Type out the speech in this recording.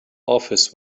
office